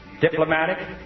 diplomatic